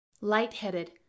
Lightheaded